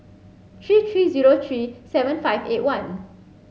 three three zero three seven five eight one